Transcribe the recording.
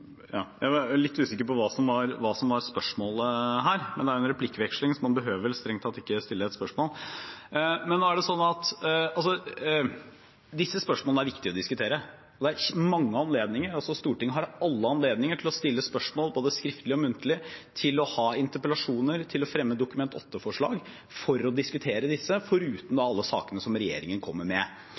Jeg er litt usikker på hva spørsmålet var, men det er en replikkveksling, så man behøver vel strengt tatt ikke stille et spørsmål. Disse spørsmålene er viktige å diskutere, og det er mange anledninger til det. Stortinget har all anledning til å stille spørsmål både skriftlig og muntlig, til å ha interpellasjoner, til å fremme Dokument 8-forslag, for å diskutere disse – foruten alle sakene som regjeringen kommer med.